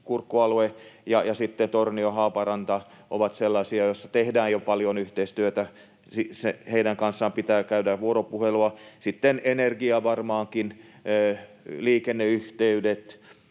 että sitten Tornio- Haaparanta ovat sellaisia, joissa tehdään jo paljon yhteistyötä. Heidän kanssaan pitää käydä vuoropuhelua. Sitten energia varmaankin, liikenneyhteydet,